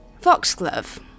Foxglove